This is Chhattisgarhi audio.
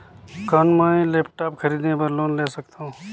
कौन मैं लेपटॉप खरीदे बर लोन ले सकथव?